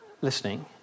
listening